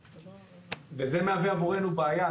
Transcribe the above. זה מהווה עבורנו בעיה.